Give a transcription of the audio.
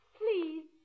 please